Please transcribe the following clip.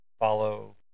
follow